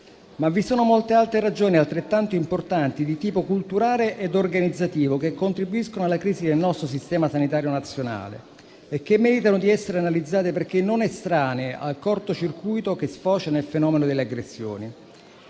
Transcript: Ma vi sono molte altre ragioni, altrettanto importanti, di tipo culturale ed organizzativo, che contribuiscono alla crisi del nostro sistema sanitario nazionale e che meritano di essere analizzate perché non estranee al cortocircuito che sfocia nel fenomeno delle aggressioni.